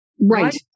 Right